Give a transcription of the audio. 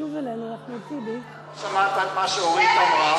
לא שמעת את מה שאורית אמרה.